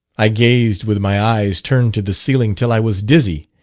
i gazed with my eyes turned to the ceiling till i was dizzy.